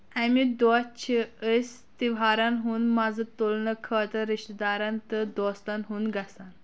امہِ دوہ چھِ أسۍ تیٚوہارن ہُند مزٕ تٗلنہٕ خٲطرٕ رِشتدارَن تہٕ دوستن ہُند گژھان